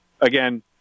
again